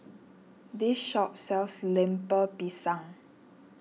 this shop sells Lemper Pisang